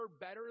better